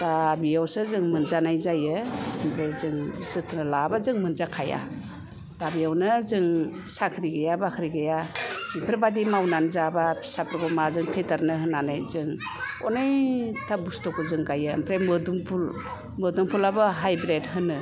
दा बेयावसो जों मोनजानाय जायो ओमफ्राय जों जथ्न' लायाबा जों मोनजाखाया दा बेयावनो जों साख्रि गैया बाख्रि गैया बेफोर बायदि मावनानै जायाबा फिसाफोरखौ माजों फेदेरनो होननानै जों अनेकथा बुस्थुखौ जों गाइयो ओमफ्राय मोदुमफुल मोदुमफुलआबो हाइब्रेद होनो